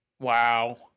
Wow